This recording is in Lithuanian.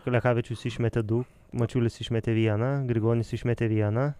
lekavičius išmetė du mačiulis išmetė vieną grigonis išmetė vieną